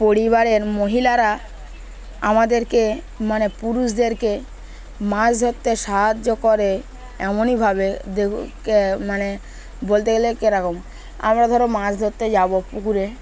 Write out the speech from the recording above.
পরিবারের মহিলারা আমাদেরকে মানে পুরুষদেরকে মাছ ধরতে সাহায্য করে এমনইভাবে মানে বলতে গেলে কেরকম আমরা ধরো মাছ ধরতে যাবো পুকুরে